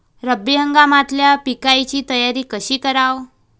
रब्बी हंगामातल्या पिकाइची तयारी कशी कराव?